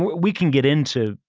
we can get into.